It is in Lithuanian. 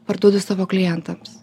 parduodu savo klientams